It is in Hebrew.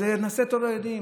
אז נעשה טוב לילדים.